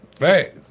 Right